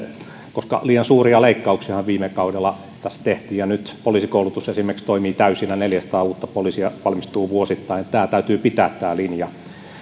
koska liian suuria leikkauksiahan viime kaudella tehtiin nyt poliisikoulutus esimerkiksi toimii täysillä neljäsataa uutta poliisia valmistuu vuosittain tämä linja täytyy pitää